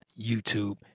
YouTube